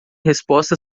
resposta